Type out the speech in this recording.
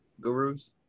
gurus